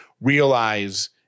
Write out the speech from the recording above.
realize